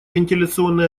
вентиляционные